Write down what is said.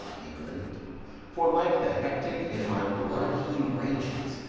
england for like the hectic in my blood he rages,